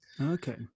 okay